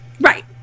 right